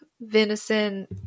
venison